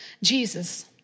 Jesus